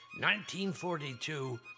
1942